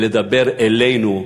ולדבר אלינו.